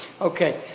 Okay